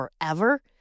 forever